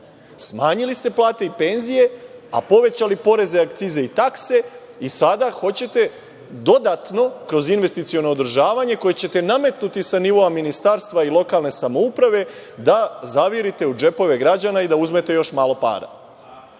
Smanjili ste plate i penzije, a povećali poreze, akcize i takse i sada hoćete dodatno kroz investiciono održavanje, koje ćete nametnuti sa nivoa ministarstva i lokalne samouprave, da zavirite u džepove građana i da uzmete još malo para. Gde